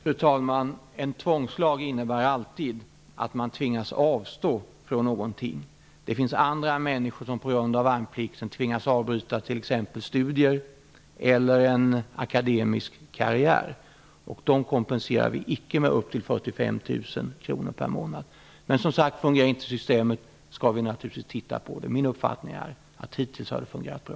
Fru talman! En tvångslag innebär alltid att man tvingas avstå från någonting. Det finns andra människor som på grund av värnplikten tvingas avbryta t.ex. studier eller en akademisk karriär. Dem kompenserar vi inte med upp till 45 000 kr per månad. Men, som sagt, fungerar inte systemet skall vi naturligtvis titta på det. Men min uppfattning är dock att det hittills har fungerat bra.